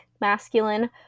masculine